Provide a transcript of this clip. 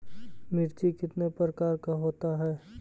मिर्ची कितने प्रकार का होता है?